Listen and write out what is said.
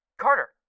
Carter